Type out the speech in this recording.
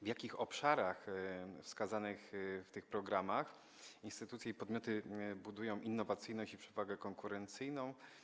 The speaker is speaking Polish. W jakich obszarach wskazanych w tych programach instytucje i podmioty budują innowacyjność i przewagę konkurencyjną?